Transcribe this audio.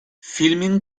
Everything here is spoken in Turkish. filmin